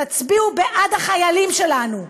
תצביעו בעד החיילים שלנו,